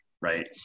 right